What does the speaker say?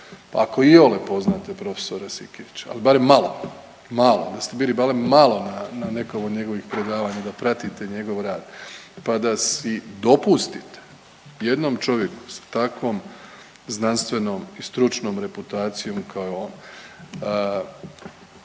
Ako iole poznajete profesora Sikirića, ali barem malo, malo da ste bili barem malo na nekom od njegovih predavanja, da pratite njegov rad, pa da si dopustite jednom čovjeku sa takvom znanstvenom i stručnom reputacijom kao on